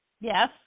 Yes